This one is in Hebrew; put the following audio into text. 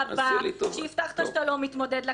שהבטחת שאתה לא מתמודד לכנסת,